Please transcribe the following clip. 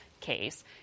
case